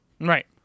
Right